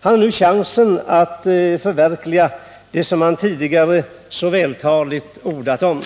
Han har nu chansen att förverkliga det som han tidigare så vältaligt ordat om.